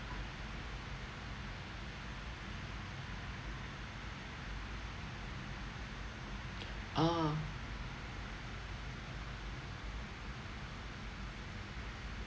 ah